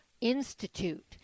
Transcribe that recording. Institute